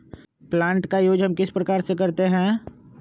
Plant का use हम किस प्रकार से करते हैं?